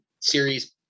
series